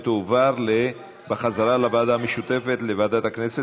ותועבר בחזרה לוועדה המשותפת לוועדת הכנסת